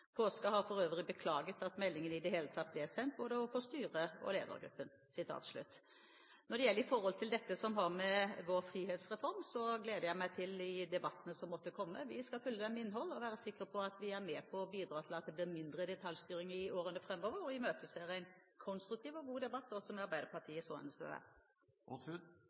har for øvrig beklaget at meldingen i det hele tatt ble sendt, både overfor styret og ledergruppen.» Når det gjelder dette som har med vår frihetsreform å gjøre, gleder jeg meg til de debattene som måtte komme. Vi skal fylle dem med innhold og være sikre på at vi er med på å bidra til at det blir mindre detaljstyring i årene framover, og imøteser en konstruktiv og god debatt også med Arbeiderpartiet i så henseende. Jeg